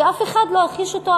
כי אף אחד לא הכחיש אותו,